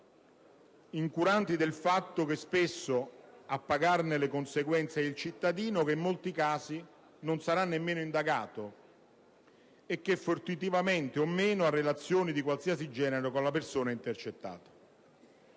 incuranti del fatto che spesso a pagarne le conseguenze è il cittadino, che in molti casi non sarà nemmeno indagato e che, fortuitamente o meno, ha relazioni di qualsiasi genere con la persona intercettata.